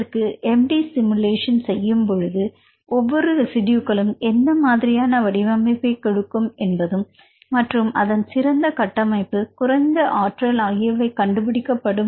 இதற்காக MD simulation செய்யும்போது ஒவ்வொரு ரெசிடியூக்களும் எந்த மாதிரியான வடிவமைப்பை கொடுக்கும் என்பதும் மற்றும் அதன் சிறந்த கட்டமைப்பு குறைந்த ஆற்றல் ஆகியவை கண்டுபிடிக்க படும்